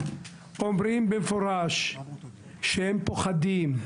אומרים במפורש שהם פוחדים,